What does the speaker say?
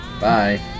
bye